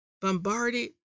bombarded